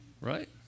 Right